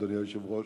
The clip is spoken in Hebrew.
אדוני היושב-ראש,